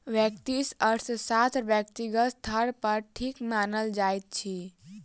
व्यष्टि अर्थशास्त्र व्यक्तिगत स्तर पर ठीक मानल जाइत अछि